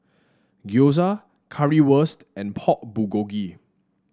Gyoza Currywurst and Pork Bulgogi